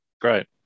Great